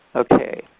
okay,